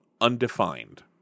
undefined